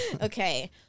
Okay